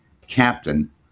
captain